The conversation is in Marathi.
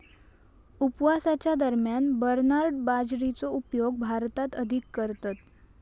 उपवासाच्या दरम्यान बरनार्ड बाजरीचो उपयोग भारतात अधिक करतत